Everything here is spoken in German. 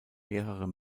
mehrere